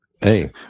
hey